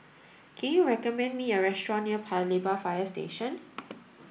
can you recommend me a restaurant near Paya Lebar Fire Station